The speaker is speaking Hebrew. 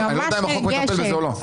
אני לא יודע אם החוק הזה מטפל בזה או לא.